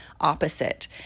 opposite